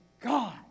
God